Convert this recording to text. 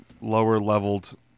lower-leveled